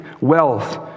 wealth